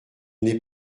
n’est